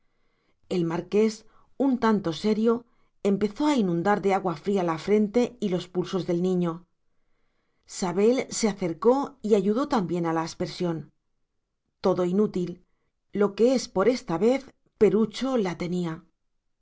el marqués un tanto serio empezó a inundar de agua fría la frente y los pulsos del niño sabel se acercó y ayudó también a la aspersión todo inútil lo que es por esta vez perucho la tenía